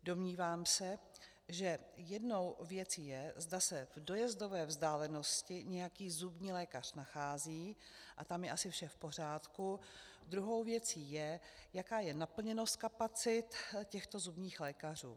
Domnívám se, že jednou věcí je, zda se v dojezdové vzdálenosti nějaký zubní lékař nachází, a tam je asi vše v pořádku, druhou věcí je, jaká je naplněnost kapacit těchto zubních lékařů.